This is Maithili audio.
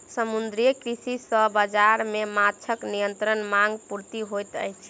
समुद्रीय कृषि सॅ बाजार मे माँछक निरंतर मांग पूर्ति होइत अछि